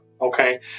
Okay